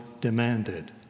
demanded